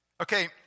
Okay